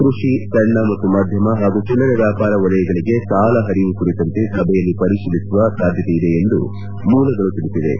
ಕ್ಕಷಿ ಸಣ್ಣ ಮತ್ತು ಮಧ್ಯಮ ಹಾಗೂ ಚಿಲ್ಲರೆ ವ್ಯಾಪಾರ ವಲಯಗಳಿಗೆ ಸಾಲ ಹರಿವು ಕುರಿತಂತೆ ಸಭೆಯಲ್ಲಿ ಪರಿತೀಲಿಸುವ ಸಾಧ್ಯತೆ ಇದೆ ಎಂದು ಮೂಲಗಳು ತಿಳಿಸಿವೆ